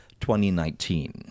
2019